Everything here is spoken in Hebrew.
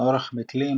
אורך מתלים,